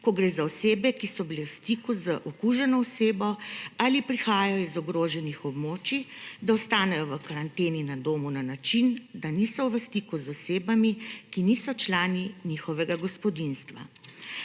ko gre za osebe, ki so bile v stiku z okuženo osebo ali prihajajo iz ogroženih območij, da ostanejo v karanteni na domu na način, da niso v stiku z osebami, ki niso člani njihovega gospodinjstva.